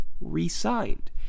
re-signed